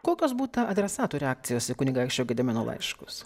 kokios būta adresatų reakcijos į kunigaikščio gedimino laiškus